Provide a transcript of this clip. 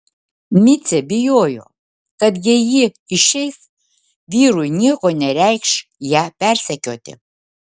micė bijojo kad jei ji išeis vyrui nieko nereikš ją persekioti